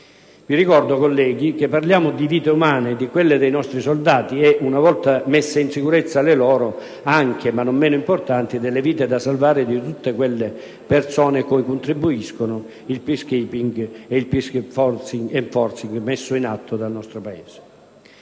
Vi ricordo, colleghi, che parliamo di vite umane, di quelle dei nostri soldati e, una volta messe in sicurezza le loro, anche, ma non meno importanti, delle vite da salvaguardare di tutte quelle persone cui contribuiscono il *peace-keeping* e il *peace-enforcing* messi in atto dal nostro Paese.